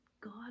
god